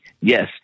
Yes